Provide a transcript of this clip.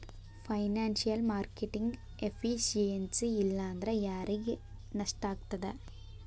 Financial marketing efficiency ಇಲ್ಲಾಂದ್ರ ಯಾರಿಗ್ ನಷ್ಟಾಗ್ತದ?